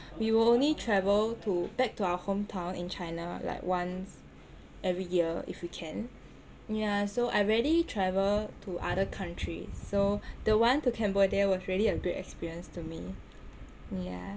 we will only travel to back to our hometown in china like once every year if we can yah so I rarely travel to other countries so the one to cambodia was really a great experience to me yah